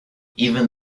even